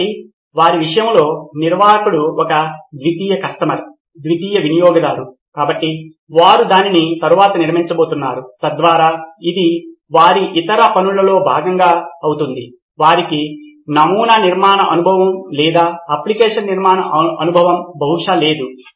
కాబట్టి వారి విషయంలో నిర్వాహకుడు ఒక ద్వితీయ కస్టమర్ ద్వితీయ వినియోగదారు కాబట్టి వారు దానిని తరువాత నిర్మించబోతున్నారు తద్వారా ఇది వారి ఇతర పనులలో భాగం అవుతుంది వారికి నమూనా నిర్మాణ అనుభవం లేదా అప్లికేషన్ నిర్మాణ అనుభవం బహుశా లేదు